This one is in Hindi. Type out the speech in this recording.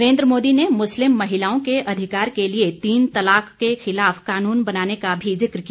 नरेन्द्र मोदी ने मुस्लिम महिलाओं के अधिकार के लिए तीन तलाक के खिलाफ कानून बनाने का भी जिक्र किया